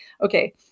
Okay